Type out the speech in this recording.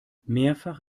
mehrfach